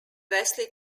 wesley